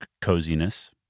coziness